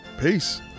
Peace